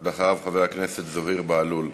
אחריו, חבר הכנסת זוהיר בהלול.